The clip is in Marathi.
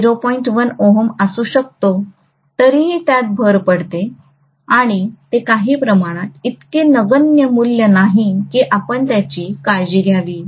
1 Ω असू शकतो तरीही त्यात भर पडते आणि ते काही प्रमाणात इतके नगण्य मूल्य नाही की आपण त्याची काळजी घ्यावी